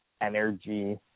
energy